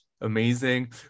amazing